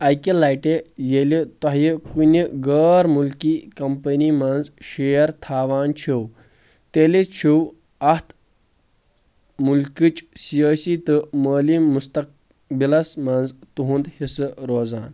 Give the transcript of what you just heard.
اکہِ لٹہِ ییٚلہِ تۄہہِ کُنہِ غٲر مُلکی کمپنی منٛز شیر تھاوان چھِو تیٚلہِ چھُ اتھ مُلکٕچ سیٲسی تہٕ مٲلی مستقبِلَس منٛز تُہند حِصہٕ روزان